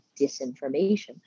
disinformation